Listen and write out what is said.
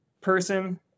person